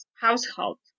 household